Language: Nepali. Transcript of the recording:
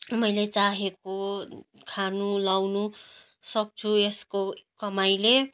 मैले चाहेको खानु लगाउनु सक्छु यसको कमाइले